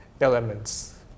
Elements